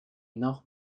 noch